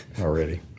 already